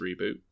reboot